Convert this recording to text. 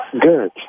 Good